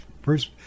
first